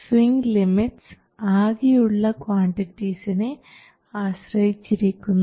swing limits ആകെയുള്ള ക്വാണ്ടിറ്റിസിനെ ആശ്രയിച്ചിരിക്കുന്നു